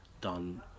done